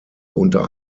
unter